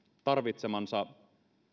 tarvitsemansa